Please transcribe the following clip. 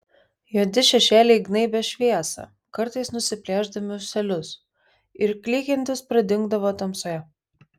juodi šešėliai gnaibė šviesą kartais nusiplėšdami ūselius ir klykiantys pradingdavo tamsoje